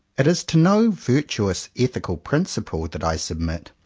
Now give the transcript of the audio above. it is to no virtuous ethical principle that i submit,